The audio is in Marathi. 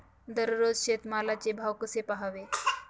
दररोज शेतमालाचे भाव कसे पहावे?